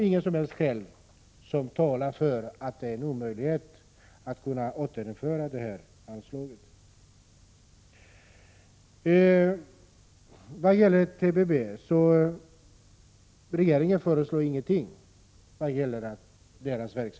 Inget som helst skäl talar alltså för att det är omöjligt att återinföra anslaget. Vad gäller TPB:s verksamhet föreslår regeringen ingenting.